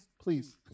please